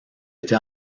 été